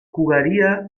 jugaría